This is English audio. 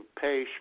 pay